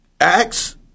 Acts